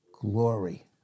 Glory